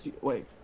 wait